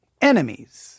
enemies